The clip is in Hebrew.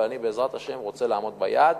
אבל אני, בעזרת השם, רוצה לעמוד ביעד